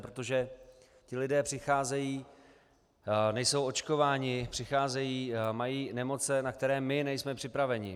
Protože ti lidé přicházejí nejsou očkováni, přicházejí, mají nemoce, na které my nejsme připraveni.